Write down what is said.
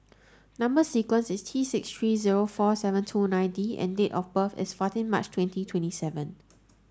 number sequence is T six three zero four seven two nine D and date of birth is fourteen March twenty twenty seven